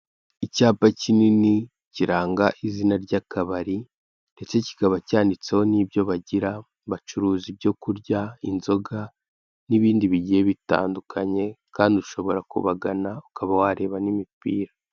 Icyapa kinini kiranga izina ry'akabari ndetse kikaba cyanditseho n'ibyo bagira, bacuruza ibyo kurya, inzoga n'ibindi bigiye bitandukanye, kandi ushobora kubagana ukaba wareba n'imipira.